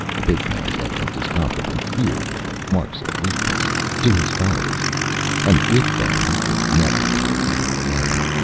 the big man's evident discomfort and fear were the marks of weakness to his followers at least and with them, he could never be a leader, again.